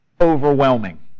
overwhelming